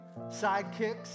sidekicks